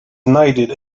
knighted